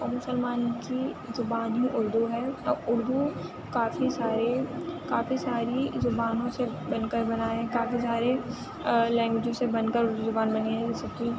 اور مسلمان کی زبان ہی اُردو ہے اور اُردو کافی سارے کافی ساری زبانوں سے مل کر بنا ہے کافی ساری لینگویجز سے بن کر اُردو زبان بنی ہے جیسے کہ